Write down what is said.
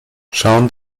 schauen